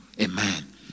Amen